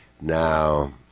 now